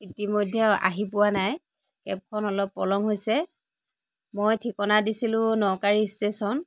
ইতিমধ্যে আহি পোৱা নাই কেবখন অলপ পলম হৈছে মই ঠিকনা দিছিলোঁ নকাৰী ষ্টেচন